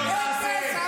אתה אפס.